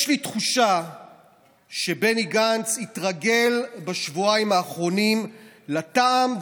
יש לי תחושה שבני גנץ התרגל בשבועיים האחרונים לטעם,